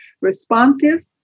responsive